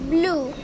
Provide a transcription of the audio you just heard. Blue